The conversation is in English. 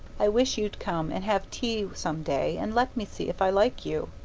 i wish you'd come and have tea some day and let me see if i like you.